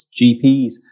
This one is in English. GPs